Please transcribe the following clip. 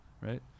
right